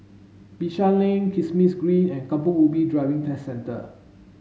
Bishan Lane Kismis Green and Kampong Ubi Driving Test Centre